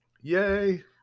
yay